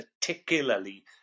particularly